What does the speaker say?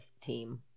team